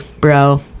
bro